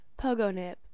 PogoNip